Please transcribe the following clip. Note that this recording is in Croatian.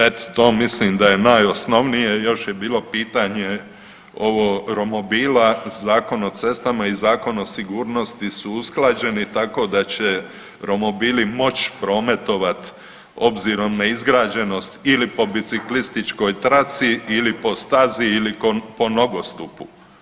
Eto, to mislim da je najosnovnije, još je bilo pitanje ovo romobila, Zakon o cestama i Zakon o sigurnosti su usklađeni tako da će romobili moći prometovat obzirom na izgrađenoj ili po biciklističkoj traci ili po stazi ili po nogostupu.